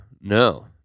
No